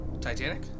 Titanic